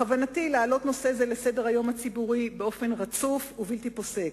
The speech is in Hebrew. בכוונתי להעלות נושא זה לסדר-היום הציבורי באופן רצוף ובלתי פוסק.